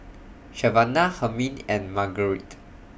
Savanah Hermine and Margarite